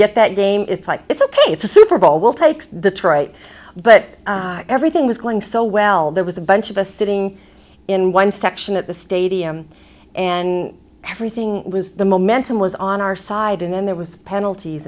get that game it's like it's ok it's a super bowl will take detroit but everything was going so well there was a bunch of us sitting in one section at the stadium and everything was the momentum was on our side and then there was penalties